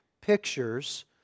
pictures